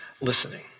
listening